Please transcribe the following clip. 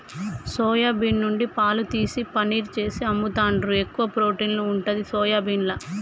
soya bean నుండి పాలు తీసి పనీర్ చేసి అమ్ముతాండ్రు, ఎక్కువ ప్రోటీన్ ఉంటది సోయాబీన్ల